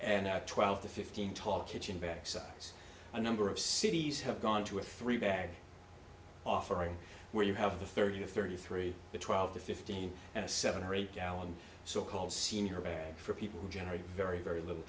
and that twelve to fifteen tall kitchen backsides a number of cities have gone two or three bag offering where you have the thirty to thirty three to twelve fifteen and a seven or eight gallon so called senior bad for people who generate very very little